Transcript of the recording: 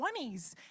20s